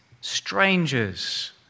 strangers